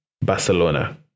Barcelona